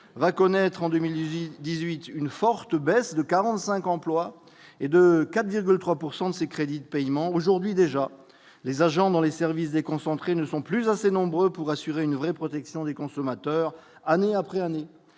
va connaître en 2000 il 18 une forte baisse de 45 emplois et de 4,3 pourcent de ses crédits de paiement aujourd'hui déjà les agents dans les services déconcentrés ne sont plus assez nombreux pour assurer une vraie protection des consommateurs, année après année,